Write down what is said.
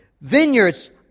Vineyards